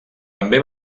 també